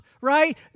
right